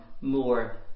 more